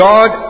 God